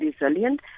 resilient